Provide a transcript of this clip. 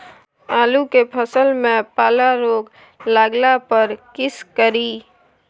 आलू के फसल मे पाला रोग लागला पर कीशकरि?